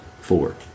four